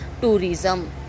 tourism